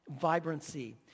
vibrancy